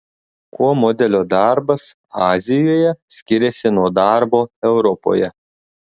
kuo modelio darbas azijoje skiriasi nuo darbo europoje